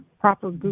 proper